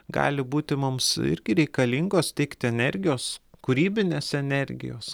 gali būti mums irgi reikalingos teikti energijos kūrybinės energijos